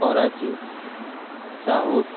Karachi south